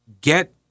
get